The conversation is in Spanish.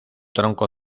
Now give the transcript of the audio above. tronco